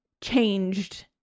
changed